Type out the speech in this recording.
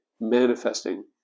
manifesting